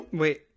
Wait